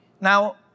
now